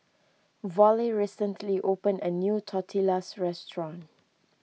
Vollie recently opened a new Tortillas restaurant